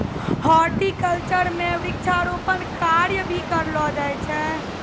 horticulture म वृक्षारोपण कार्य भी करलो जाय छै